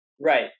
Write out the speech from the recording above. Right